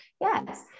Yes